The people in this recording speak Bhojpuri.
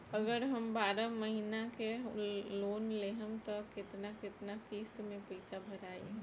अगर हम बारह महिना के लोन लेहेम त केतना केतना किस्त मे पैसा भराई?